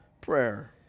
prayer